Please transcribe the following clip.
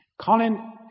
Colin